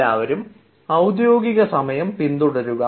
എല്ലാവരും ഔദ്യോഗിക സമയം പിന്തുടരുക